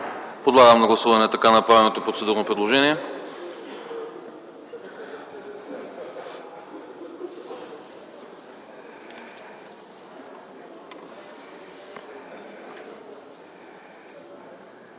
Подлагам на гласуване направеното процедурно предложение.